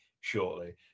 shortly